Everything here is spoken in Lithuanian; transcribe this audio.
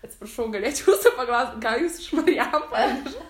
atsiprašau galėčiau paklaust gal jūs iš marijampolės